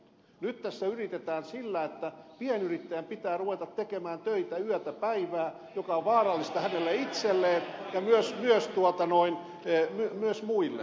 nyt tässä yritetään hoitaa sillä että pienyrittäjän pitää ruveta tekemään töitä yötä päivää mikä on vaarallista hänelle itselleen ja myös muille